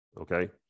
okay